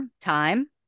Time